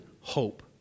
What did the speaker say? hope